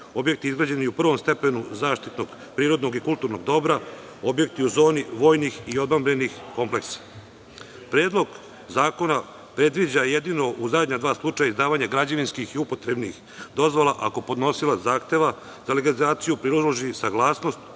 objekti izgrađeni u prvom stepenu zaštitnog prirodnog i kulturnog dobra, objekti u zoni vojnih i odbrambenih kompleksa. Predlog zakona predviđa jedino u zadnja dva slučaja izdavanje građevinskih i upotrebnih dozvola, ako podnosilac zahteva za legalizaciju priloži saglasnost